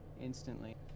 instantly